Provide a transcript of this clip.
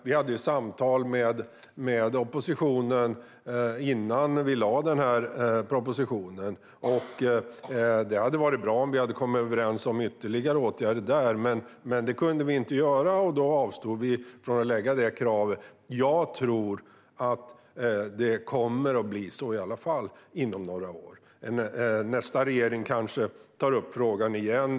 Vi förde samtal med oppositionen innan vi lade fram propositionen. Det hade varit bra om vi hade kommit överens om ytterligare åtgärder där. Men det kunde vi inte göra, och då avstod vi från det kravet. Jag tror att det kommer att bli så i alla fall inom några år. Nästa regering kanske tar upp frågan igen.